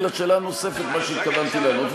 אז עכשיו אני אענה לשאלה הנוספת מה שהתכוונתי לענות,